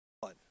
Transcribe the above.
one